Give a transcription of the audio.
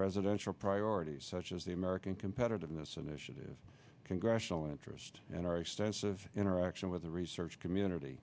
presidential priorities such as the american competitiveness initiative congressional interest and our extensive interaction with the research community